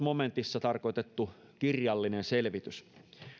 momentissa tarkoitettu kirjallinen selvitys